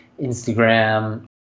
Instagram